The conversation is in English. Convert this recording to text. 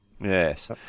yes